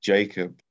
Jacob